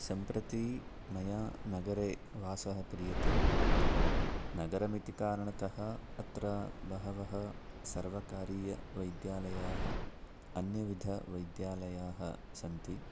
सम्प्रति मया नगरे वासः क्रियते नगरमिति कारणतः अत्र बहवः सर्वकारीयवैद्यालयाः अन्यविधवैद्यालयाः सन्ति